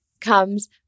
comes